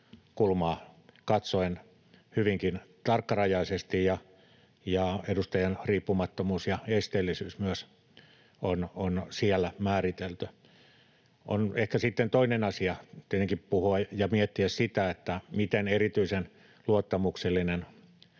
katsoen hyvinkin tarkkarajaisesti, ja edustajan riippumattomuus ja esteellisyys myös on siellä määritelty. On ehkä sitten toinen asia tietenkin puhua ja miettiä sitä, miten erityisen luottamuksellinen